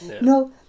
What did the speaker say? No